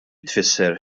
tfisser